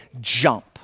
jump